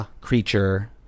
creature